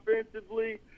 offensively